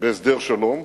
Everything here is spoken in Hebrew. בהסדר שלום,